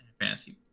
Fantasy